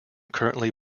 currently